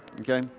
Okay